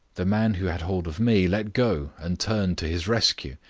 the man who had hold of me let go and turned to his rescue,